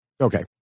okay